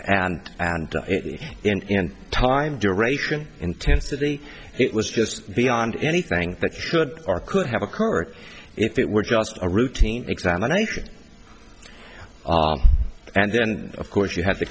assaulted and and in time duration intensity it was just beyond anything that should or could have occurred if it were just a routine examination and then of course you ha